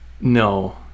no